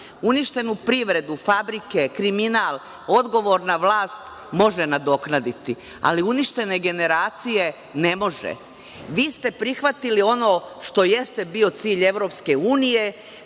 privredu, fabrike, kriminal, odgovorna vlast može nadoknaditi, ali uništene generacije ne može. Vi ste prihvatili ono što jeste bio cilj EU,